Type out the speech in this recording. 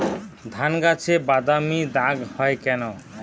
ধানগাছে বাদামী দাগ হয় কেন?